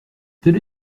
telle